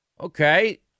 Okay